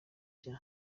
bya